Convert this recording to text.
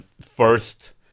first